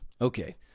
Okay